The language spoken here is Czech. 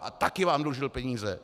A také vám dlužil peníze.